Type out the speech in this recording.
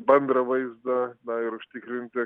bendrą vaizdą na ir užtikrinti